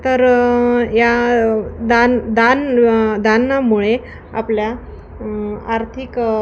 तर या दान दान दानामुळे आपल्या आर्थिक